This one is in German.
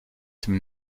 dem